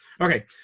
okay